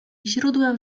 źródłem